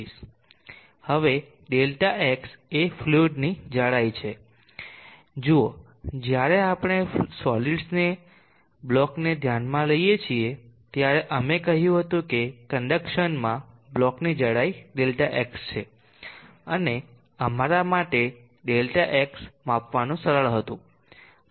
હવે Δx એ ફ્લુઈડની જાડાઈ છે જુઓ જ્યારે આપણે સોલીડ્સ બ્લોકને ધ્યાનમાં લઈએ છીએ ત્યારે અમે કહ્યું હતું કે કંડકસનમાં બ્લોક ની જાડાઈ Δx છે અને અમારા માટે Δx માપવાનું સરળ હતું